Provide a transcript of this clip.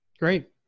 Great